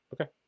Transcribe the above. Okay